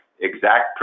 exact